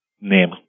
name